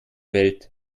welt